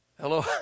Hello